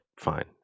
Fine